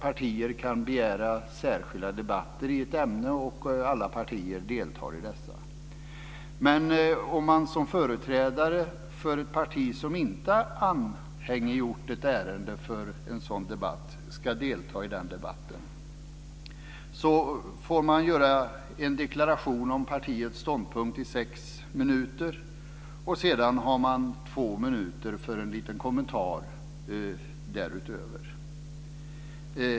Partier kan begära särskilda debatter i ett ämne, och alla partier deltar i dessa. Om man som företrädare för ett parti som inte anhängiggjort ett ärende för debatt ska delta i debatten får man göra en deklaration om partiets ståndpunkt i sex minuter, och sedan har man två minuter för en liten kommentar därutöver.